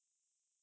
mm